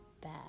bad